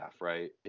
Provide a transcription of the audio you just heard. right